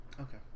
Okay